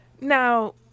Now